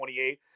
28